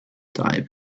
type